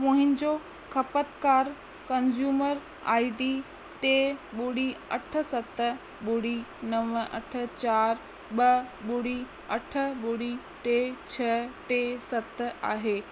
मुंहिंजो खपत कार कंज़्यूमर आई डि टे ॿुड़ी अठ सत ॿुड़ी नव अठ चार ॿ ॿुड़ी अठ ॿुड़ी टे छह टे सत आहे